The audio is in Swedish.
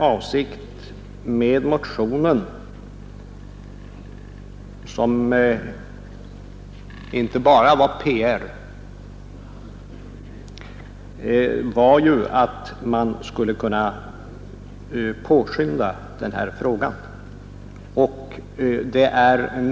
Avsikten med min motion — som inte tillkommit bara i PR-syfte — var att försöka påskynda en lösning av denna fråga.